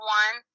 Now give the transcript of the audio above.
one